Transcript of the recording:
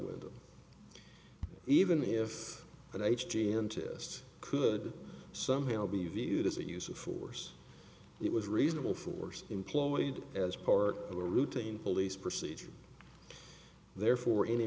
wood even if an h g v into this could somehow be viewed as a use of force it was reasonable force employed as part of a routine police procedure therefore any